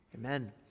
Amen